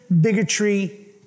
bigotry